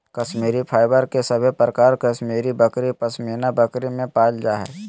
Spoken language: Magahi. कश्मीरी फाइबर के सभे प्रकार कश्मीरी बकरी, पश्मीना बकरी में पायल जा हय